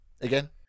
Again